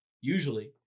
Usually